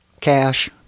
cash